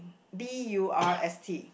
B U R S T